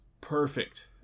perfect